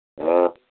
हाँ